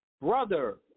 brother